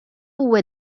部位